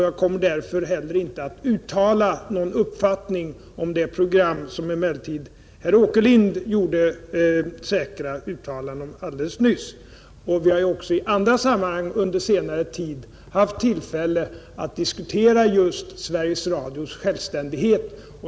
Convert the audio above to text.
Jag kommer därför heller inte att uttala någon uppfattning om det program, som herr Åkerlind alldeles nyss gjorde så säkra uttalanden om. Vi har också i andra sammanhang under senare tid haft tillfälle att diskutera just Sveriges Radios självständighet.